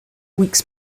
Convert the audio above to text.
weeks